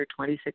26